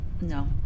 no